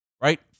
Right